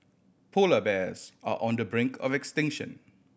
polar bears are on the brink of extinction